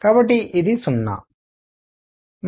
కాబట్టి ఇది 0